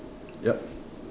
yup